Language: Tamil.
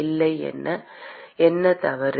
இல்லை என்ன தவறு